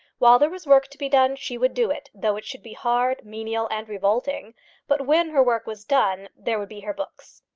while there was work to be done, she would do it, though it should be hard, menial, and revolting but when her work was done, there would be her books.